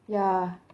ya